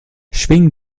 schwing